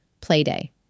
Playday